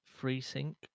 FreeSync